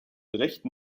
rechten